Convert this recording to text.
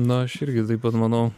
na aš irgi taip pat manau